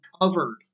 covered